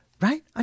Right